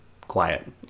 quiet